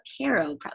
tarot